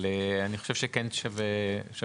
אבל אני חושב שכן שווה לנסות.